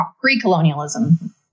pre-colonialism